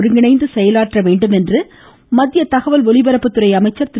ஒருங்கிணைந்து செயலாற்ற வேண்டுமென்று மத்திய தகவல் ஒலிபரப்பு அமைச்சா் திரு